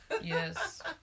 Yes